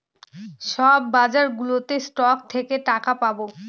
সব বাজারগুলোতে স্টক থেকে টাকা পাবো